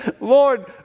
Lord